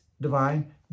divine